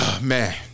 Man